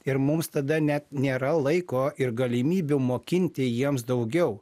ir mums tada net nėra laiko ir galimybių mokinti jiems daugiau